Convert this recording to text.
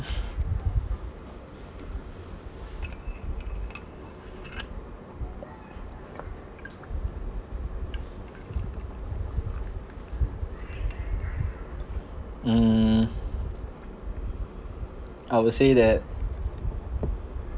mm I will say that